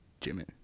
Jimin